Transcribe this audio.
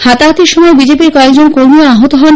হাতাহাতির সময় বিজেপি র কয়েকজন কর্মীও আহত হন